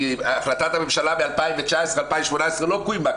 כי החלטת הממשלה מ-2018 לא קוימה,